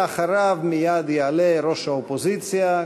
מייד אחריו יעלה ראש האופוזיציה,